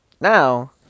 now